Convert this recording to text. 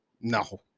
no